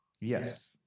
Yes